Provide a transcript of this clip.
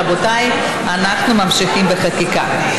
רבותיי, אנחנו ממשיכים בחקיקה.